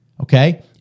Okay